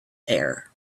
air